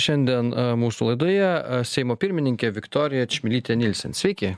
šiandien mūsų laidoje seimo pirmininkė viktorija čmilytė nielsen sveiki